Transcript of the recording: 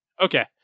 Okay